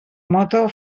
moto